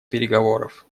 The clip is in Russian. переговоров